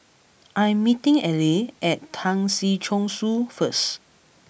I am meeting Aleah at Tan Si Chong Su first